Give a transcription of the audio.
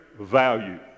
value